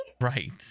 right